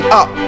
up